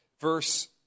verse